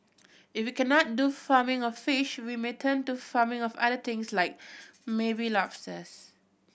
if we cannot do farming of fish we may turn to farming of other things like maybe lobsters